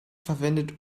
verwendet